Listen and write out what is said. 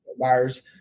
buyers